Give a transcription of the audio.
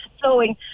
flowing